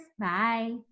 Bye